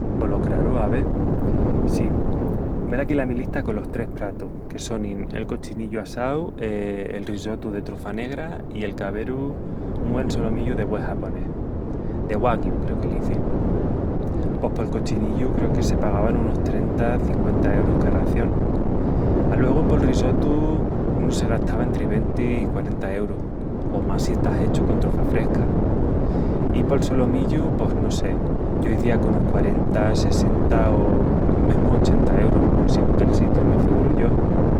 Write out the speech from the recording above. Polo craru, ave... sí, velaquí la mi lista colos tres pratus, que sonin el cochinillu assau, e... el risottu de trufa negra, i el caberu... un güen solomillu de bue japonés, de wagyu creu que l'izin. Pos pol cochinillu creu que se pagavan unus trenta, cinqüenta eurus ca ración. Aluegu, pol risottu, unu se gastava entri venti i quarenta eurus, o más si está hechu con trufa fresca. I pol solomillu, pos no sé, yo izía qu'unus quarenta, sessenta o mesmu ochenta eurus, sigún del sitiu... me figuru yo...